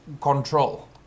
control